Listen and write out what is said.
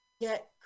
get